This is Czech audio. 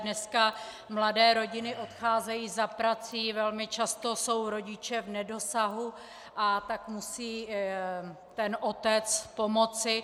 Dneska mladé rodiny odcházejí za prací, velmi často jsou rodiče v nedosahu, a tak musí ten otec pomoci.